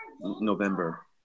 November